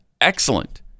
excellent